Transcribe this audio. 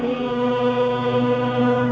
be